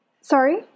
Sorry